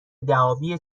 دعاوی